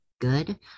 good